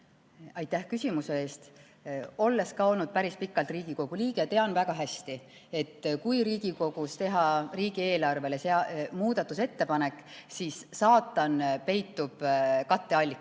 Aitäh küsimuse eest! Olles olnud päris pikalt Riigikogu liige, tean väga hästi, et kui Riigikogus teha riigieelarve kohta muudatusettepanek, siis saatan peitub katteallikates.